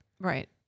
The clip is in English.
Right